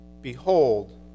behold